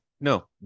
no